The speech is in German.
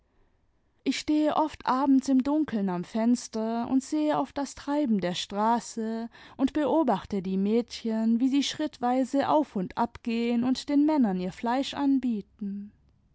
ich stehe oft abends im dunkeln am fenster und sehe auf das treiben der straße und beobachte die mädchen wie sie schrittweise auf und ab gehen und den männern ihr fleisch anbieten